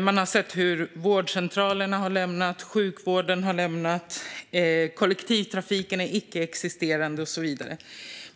Man har sett hur vårdcentralerna och sjukvården har lämnat orten, kollektivtrafiken är icke existerande och så vidare.